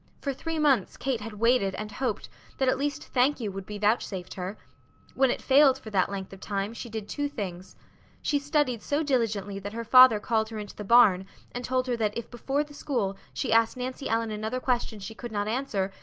for three months kate had waited and hoped that at least thank you would be vouchsafed her when it failed for that length of time she did two things she studied so diligently that her father called her into the barn and told her that if before the school, she asked nancy ellen another question she could not answer,